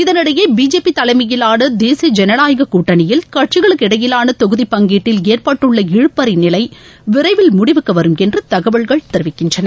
இதனிடையே பிஜேபி தலைமையிலான தேசிய ஜனநாயக கூட்டணியில் கட்சிகளுக்கு இடையிலான தொகுதி பங்கீட்டில் ஏற்பட்டுள்ள இழுபறி நிலை விரைவில் முடிவுக்கு வரும் என்று தகவல்கள் தெரிவிக்கின்றன